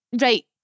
right